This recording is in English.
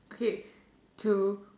okay two